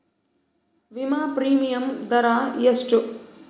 ವಿಮಾ ಪ್ರೀಮಿಯಮ್ ದರಾ ಎಷ್ಟು?